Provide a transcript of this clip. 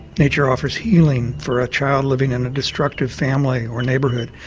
nature offers healing for a child living in a destructive family or neighbourhood.